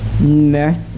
Mercy